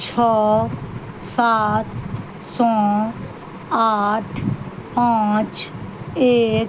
छओ सात सँ आठ पाँच एक